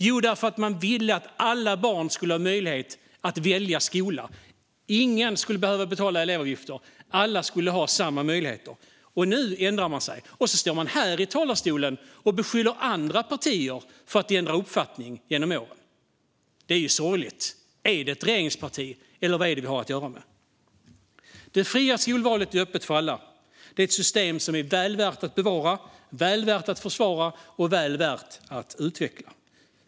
Jo, därför att man ville att alla barn skulle ha möjlighet att välja skola. Ingen skulle behöva betala elevavgift, utan alla skulle ha samma möjligheter. Nu har man ändrat man sig, och så står man här i talarstolen och beskyller andra partier för att ha ändrat uppfattning genom åren. Det är ju sorgligt. Är det ett regeringsparti, eller vad är det vi har att göra med? Det fria skolvalet är öppet för alla. Det är ett system som är väl värt att bevara, väl värt att försvara och väl värt att utveckla.